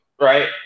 right